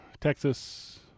Texas